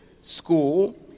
school